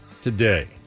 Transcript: today